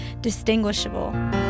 distinguishable